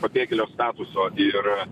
pabėgėlio statuso ir